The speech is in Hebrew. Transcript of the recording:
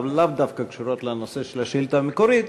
אבל לאו דווקא קשורות לנושא של השאילתה המקורית.